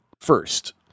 first